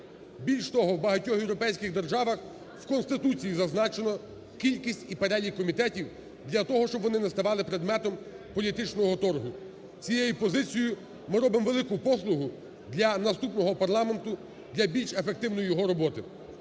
Більше того, у багатьох європейських державах в Конституції зазначено кількість і перелік комітетів для того, щоб вони не ставали предметом політичного торгу. Цією позицією ми робимо велику послугу для наступного парламенту, для більш ефективної його роботи.